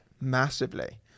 Massively